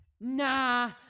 Nah